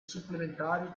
supplementari